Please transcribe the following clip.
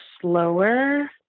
slower